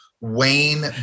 Wayne